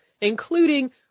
including